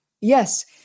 Yes